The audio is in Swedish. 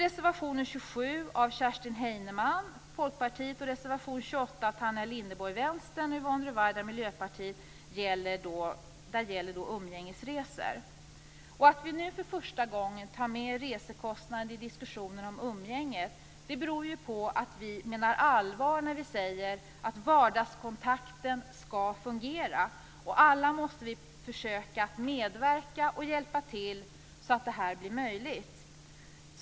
Ruwaida gäller umgängesresor. Anledningen till att vi nu för första gången tar med resekostnader i diskussioner om umgänge är att visa att vi menar allvar med att vardagskontakten skall fungera. Alla måste vi försöka att medverka och hjälpa till att det blir möjligt.